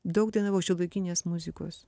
daug dainavau šiuolaikinės muzikos